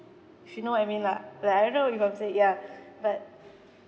if you know what you mean lah like I don't know if you I'm saying ya but